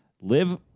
Live